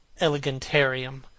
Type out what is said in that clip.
elegantarium